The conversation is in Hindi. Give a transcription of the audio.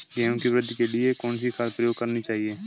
गेहूँ की वृद्धि के लिए कौनसी खाद प्रयोग करनी चाहिए?